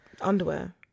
underwear